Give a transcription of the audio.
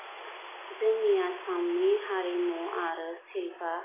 जोंनि आसामनि हारिमु आरो सिल्पआ